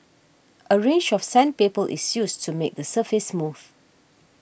a range of sandpaper is used to make the surface smooth